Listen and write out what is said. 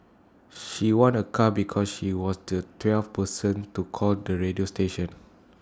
she won A car because she was the twelfth person to call the radio station